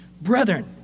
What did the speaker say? Brethren